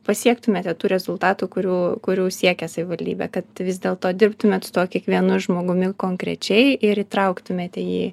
pasiektumėte tų rezultatų kurių kurių siekia savivaldybė kad vis dėlto dirbtumėt su tuo kiekvienu žmogumi konkrečiai ir įtrauktumėte jį